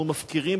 אנחנו מפקירים,